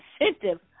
incentive